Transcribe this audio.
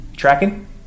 tracking